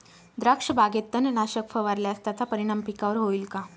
द्राक्षबागेत तणनाशक फवारल्यास त्याचा परिणाम पिकावर होईल का?